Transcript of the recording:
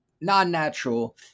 non-natural